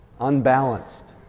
unbalanced